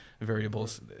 variables